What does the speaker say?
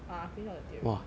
ah I finish all the theory